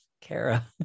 Kara